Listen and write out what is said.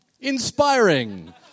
inspiring